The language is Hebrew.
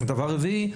דבר רביעי,